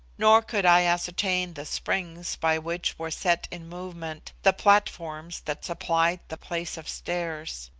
nor could i ascertain the springs by which were set in movement the platforms that supplied the place of stairs.